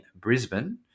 Brisbane